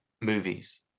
movies